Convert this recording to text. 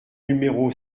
numéro